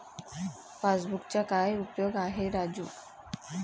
पासबुकचा काय उपयोग आहे राजू?